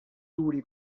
duri